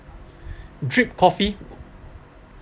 drip coffee